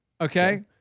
Okay